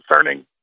concerning